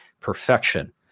perfection